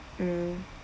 mm